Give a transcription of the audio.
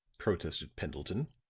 protested pendleton,